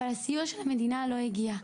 אבל הסיוע של המדינה לא הגיע.